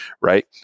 right